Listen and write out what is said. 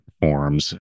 forms